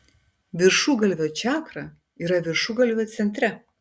viršugalvio čakra yra viršugalvio centre